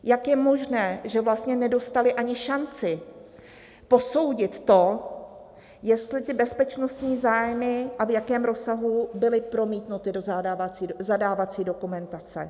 Jak je možné, že vlastně nedostali ani šanci posoudit, jestli ty bezpečnostní zájmy a v jakém rozsahu byly promítnuty do zadávací dokumentace?